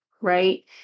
right